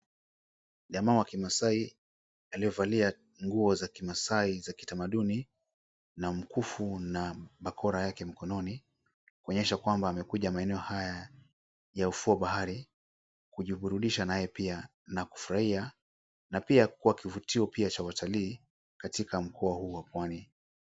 Jamaa wa kimaasai aliyevalia nguo za kimaasai za kitamaduni na mkufu na bakora yake mkononi kuonyesha kwamba amekuja maeneo haya ya ufuo wa bahari kujiburudisha naye pia na kufurahia na pia kivutio pia cha watalii katika mkoa huu wa pwani.